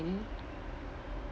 mm